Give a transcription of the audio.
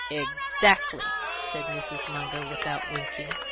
exactly, said mrs. munger, without winking.